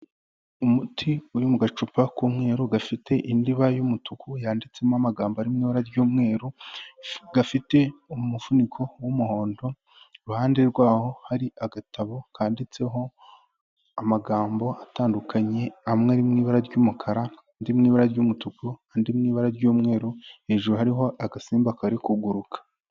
Umuti uri mu gacupa k'umweru gafite indiba y'umutuku yanditsemo amagambo ari mu ibara ry'umweru, gafite umufuniko w'umuhondo, iruhande rwaho hari agatabo kanditseho amagambo atandukanye, amwe ari mu ibara ry'umukara, andi mu ibara ry'umutuku andi mu ibara ry'umweru, hejuru hariho agasimba kari kuguruka.